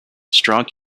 strong